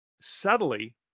subtly